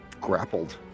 grappled